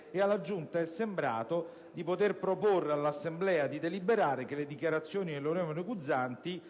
Quindi, alla Giunta è sembrato di poter proporre all'Assemblea di deliberare che le dichiarazioni dell'onorevole Guzzanti,